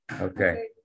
Okay